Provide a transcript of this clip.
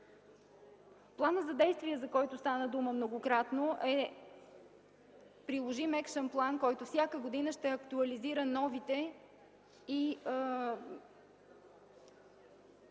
Планът за действие, за който стана дума многократно, е приложим екшън план, който всяка година ще актуализира новите и